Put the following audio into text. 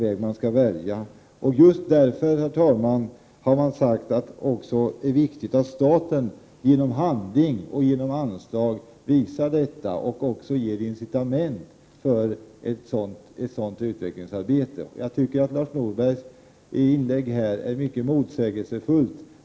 1988/89:115 herr talman, har man sagt att det också är viktigt att staten, genom handling 17 maj 1989 och anslag, visar detta och också ger incitament för ett sådant utvecklingsarbete. Jag tycker att Lars Norbergs inlägg var mycket motsägelsefullt.